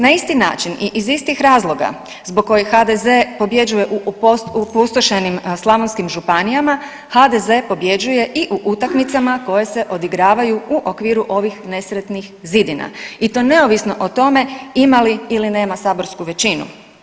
Na isti način i istih razloga zbog kojih HDZ pobjeđuje u opustošenim slavonskim županijama HDZ pobjeđuje i u utakmicama koje se odigravaju u okviru ovih nesretnih zidina i to neovisno o tome ima li ili nema saborsku većinu.